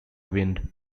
wind